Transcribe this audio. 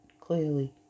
clearly